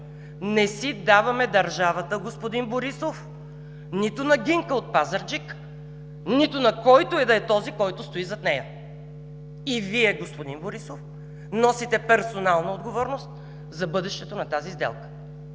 не си даваме държавата, господин Борисов, нито на Гинка от Пазарджик, нито на който и да е този, който стои зад нея! И Вие, господин Борисов, носите персонална отговорност за бъдещето на тази сделка!